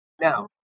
Now